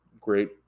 great